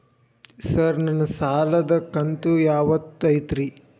Sir ನನ್ನ ಸಾಲದ ಕಂತು ಯಾವತ್ತೂ ಐತ್ರಿ?